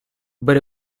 but